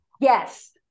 yes